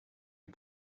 him